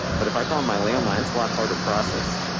but if i call my landline, it's a lot harder process.